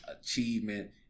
achievement